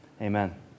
amen